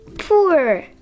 Poor